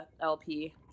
LP